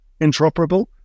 interoperable